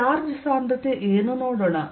charge ಸಾಂದ್ರತೆ ಏನು ನೋಡೋಣ